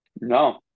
No